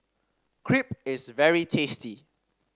crepe is very tasty